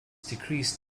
decreased